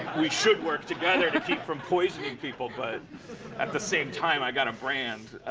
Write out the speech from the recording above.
we should work together to keep from poisoning people. but at the same time, i've got a brand.